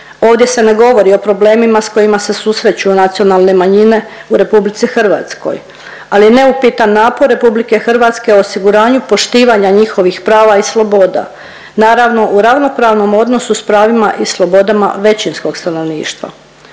Ovdje se ne govori o problemima s kojima se susreću nacionalne manjine u RH, ali je neupitan napor RH o osiguranju poštivanja njihovih prava i sloboda, naravno u ravnopravnom odnosu s pravima i slobodama većinskog stanovništva.